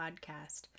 podcast